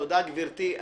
תודה, גברתי.